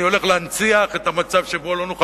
אני הולך להנציח את המצב שבו לא נוכל